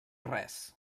res